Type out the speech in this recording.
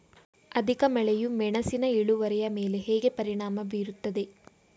ಅಧಿಕ ಮಳೆಯು ಮೆಣಸಿನ ಇಳುವರಿಯ ಮೇಲೆ ಹೇಗೆ ಪರಿಣಾಮ ಬೀರುತ್ತದೆ?